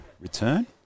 return